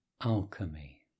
Alchemy